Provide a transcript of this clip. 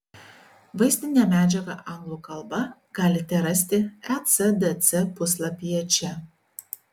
vaizdinę medžiagą anglų kalba galite rasti ecdc puslapyje čia